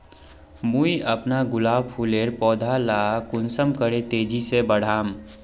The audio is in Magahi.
मुई अपना गुलाब फूलेर पौधा ला कुंसम करे तेजी से बढ़ाम?